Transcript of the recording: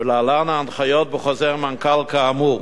ולהלן ההנחיות בחוזר מנכ"ל כאמור: